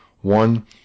one